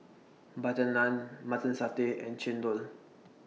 Butter Naan Mutton Satay and Chendol